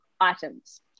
items